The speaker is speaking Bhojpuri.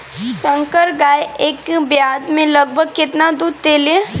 संकर गाय एक ब्यात में लगभग केतना दूध देले?